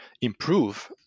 improve